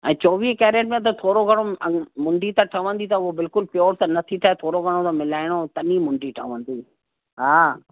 ऐं चौवीह कैरेट में त थोरो घणो अं मुंडी त ठहंदी त हूअ बिल्कुलु प्योर त नथी ठए थोरो घणो त मिलाइणो तॾहिं मुंडी ठहंदी हा